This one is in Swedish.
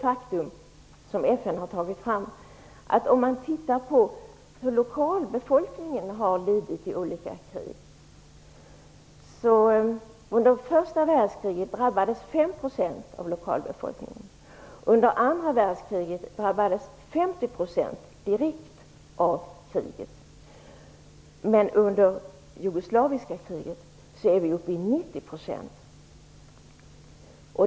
FN har tittat på hur lokalbefolkningen har lidit i olika krig. Under första världskriget drabbades 5 % av lokalbefolkningen, och under andra världskriget drabbades 50 % direkt av kriget. Under det jugoslaviska kriget är vi nu uppe i 90 %.